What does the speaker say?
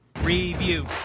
review